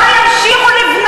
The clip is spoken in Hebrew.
אתם השרים,